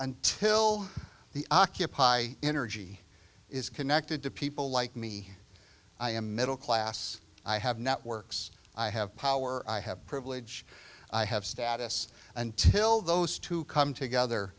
until the occupy energy is connected to people like me i am middle class i have networks i have power i have privilege i have status until those two come together